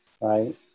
right